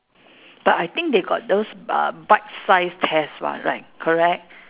but I think they got those uh bite sized test [what] right correct